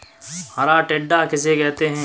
हरा टिड्डा किसे कहते हैं?